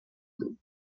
بود